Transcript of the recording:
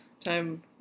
Time